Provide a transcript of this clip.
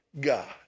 God